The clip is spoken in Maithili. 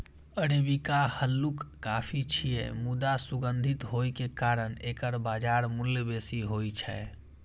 अरेबिका हल्लुक कॉफी छियै, मुदा सुगंधित होइ के कारण एकर बाजार मूल्य बेसी होइ छै